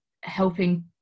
helping